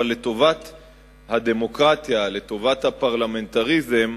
אבל לטובת הדמוקרטיה, לטובת הפרלמנטריזם,